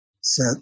set